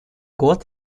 год